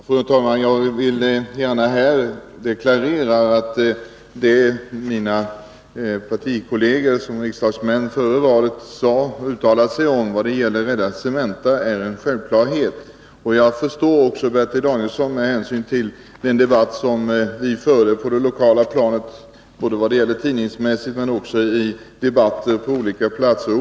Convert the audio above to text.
Fru talman! Jag vill här gärna deklarera att det mina partikolleger som var riksdagsmän före valet uttalade sig om när det gällde att rädda Cementa var en självklarhet. Jag förstår också Bertil Danielsson, med hänsyn till den debatt som vi förde på det lokala planet både i tidningar och i debatter på olika orter.